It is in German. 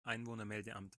einwohnermeldeamt